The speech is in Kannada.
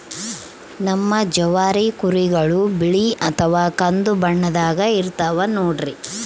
ನಮ್ ಜವಾರಿ ಕುರಿಗಳು ಬಿಳಿ ಅಥವಾ ಕಂದು ಬಣ್ಣದಾಗ ಇರ್ತವ ನೋಡ್ರಿ